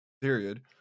period